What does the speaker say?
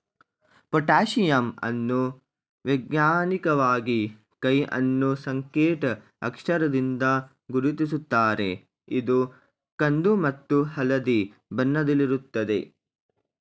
potassium ಅನ್ನು ವೈಜ್ಞಾನಿಕವಾಗಿ K ಅನ್ನೂ ಸಂಕೇತ್ ಅಕ್ಷರದಿಂದ ಗುರುತಿಸುತ್ತಾರೆ ಇದು ಕಂದು ಮತ್ತು ಹಳದಿ ಬಣ್ಣದಲ್ಲಿರುತ್ತದೆ